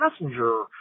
Messenger